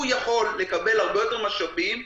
הוא יכול לקבל הרבה יותר משאבים,